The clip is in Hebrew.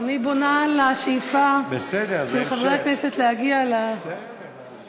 בונה על השאיפה של חברי הכנסת להגיע לכדורגל,